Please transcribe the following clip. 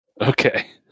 Okay